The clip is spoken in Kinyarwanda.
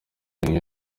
nk’iyo